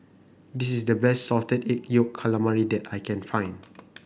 this is the best Salted Egg Yolk Calamari that I can find